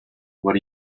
what